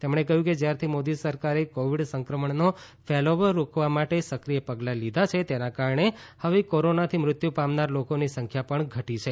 તેમણે કહ્યું કે જ્યારથી મોદી સરકારે કોવિડ સંક્રમણનો ફેલાવો રોકવા માટે સક્રિય પગલા લીધા છે તેના કારણે હવે કોરોનાથી મૃત્યુ પામનારા લોકોની સંખ્યા પણ ઘટી છે